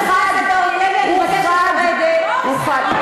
חברת הכנסת אורלי לוי, אני מבקשת לרדת.